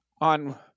on